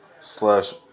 slash